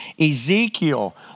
Ezekiel